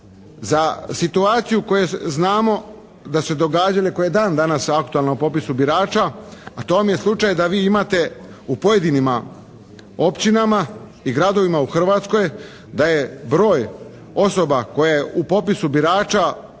za situaciju koju znamo da su se događale, koje dan danas aktuelno u popisu birača, a to vam je slučaj da vi imate u pojedinima općinama i gradovima u Hrvatskoj da je broj osoba koje u popisu birača